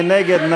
מי נגד?